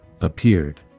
appeared